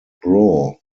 bro